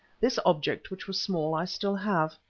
this object, which was small, i still have.